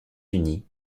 unis